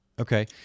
Okay